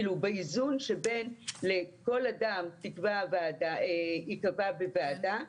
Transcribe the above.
כאילו באיזון שבין לכל אדם ייקבע בוועדה,